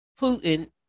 Putin